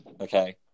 Okay